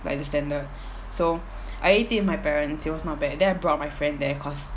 like the standard so I ate it with my parents it was not bad then I brought my friend there cause